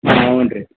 ಹ್ಞೂ ರೀ